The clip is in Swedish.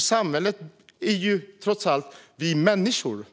Samhället är trots allt vi människor.